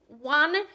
one